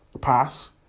pass